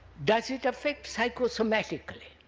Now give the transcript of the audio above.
does it affect psychosomatically?